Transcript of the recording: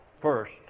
first